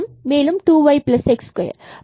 மேலும் 2 y x2